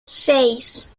seis